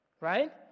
Right